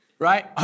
Right